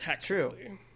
True